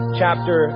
chapter